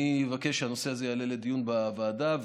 אני אבקש שהנושא הזה יעלה לדיון בוועדה,